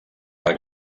per